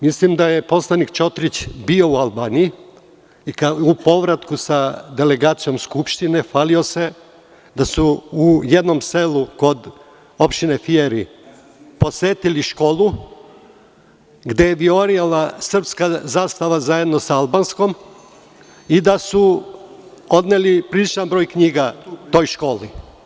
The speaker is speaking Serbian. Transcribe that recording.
Mislim da je poslanik Čotrić bio u Albaniji i u povratku sa delegacijom Skupštine hvalio se da su u jednom selu kod opštine Fijeri posetili školu gde se vijorila srpska zastava zajedno sa albanskom i da su odneli priličan broj knjiga toj školi.